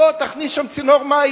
בוא תכניס שם צינור מים.